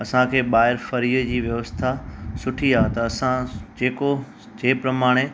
असांखे ॿाहिरि फरीअ जी व्यवस्था सुठी आहे त असां जेको जे प्रमाणे